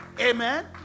Amen